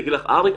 יגיד לך אריק,